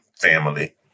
family